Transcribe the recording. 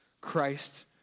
Christ